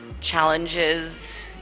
challenges